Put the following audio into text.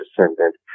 descendant